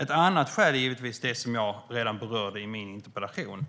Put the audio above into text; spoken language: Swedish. Ett annat skäl är givetvis det som jag redan berörde i min interpellation,